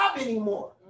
anymore